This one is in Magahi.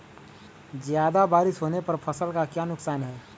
ज्यादा बारिस होने पर फसल का क्या नुकसान है?